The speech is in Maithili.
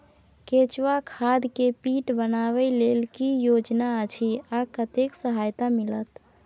केचुआ खाद के पीट बनाबै लेल की योजना अछि आ कतेक सहायता मिलत?